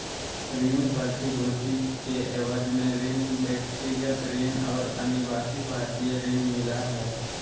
ऋण प्रतिभूति के एवज में ऋण, व्यक्तिगत ऋण और अनिवासी भारतीय ऋण मिला हइ